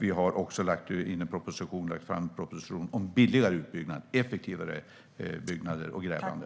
Vi har också lagt fram en proposition om billigare och effektivare byggande och grävande.